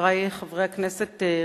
חברי חברי הכנסת,